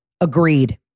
agreed